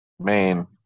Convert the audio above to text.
Main